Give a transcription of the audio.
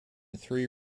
three